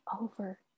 over